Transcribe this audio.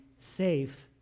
safe